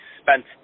spent